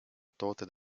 tooted